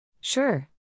Sure